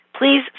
Please